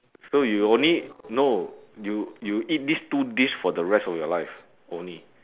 so you only no you you eat this two dish for the rest of your life only